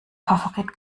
favorit